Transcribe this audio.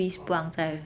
orh